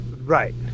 Right